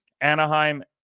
Anaheim